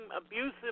abusive